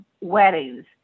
weddings